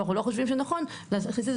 אבל אנחנו לא חושבים שנכון להכניס את זה